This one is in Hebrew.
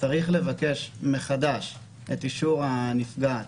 צריך לבקש מחדש את אישור הנפגעת,